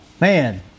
man